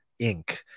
Inc